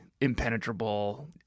impenetrable